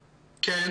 להתייחס?